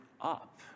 up